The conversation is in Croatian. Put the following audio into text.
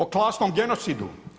O klasnom genocidu.